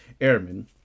Airmen